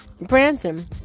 Branson